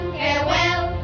farewell